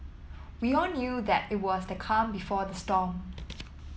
we all knew that it was the calm before the storm